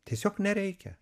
tiesiog nereikia